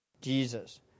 Jesus